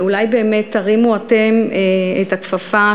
ואולי באמת תרימו אתם את הכפפה,